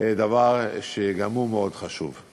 דבר שגם הוא מאוד חשוב.